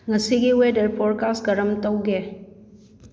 ꯉꯁꯤꯒꯤ weather forecast ꯀꯔꯝ ꯇꯧꯒꯦ